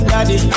Daddy